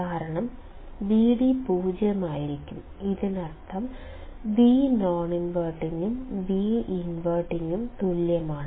കാരണം Vd 0 ആയിരിക്കും ഇതിനർത്ഥം Vnon inverting ഉം Vinverting ഉം തുല്യമാണ്